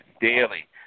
daily